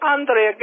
Andre